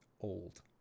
old